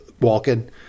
walking